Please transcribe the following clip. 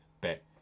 bet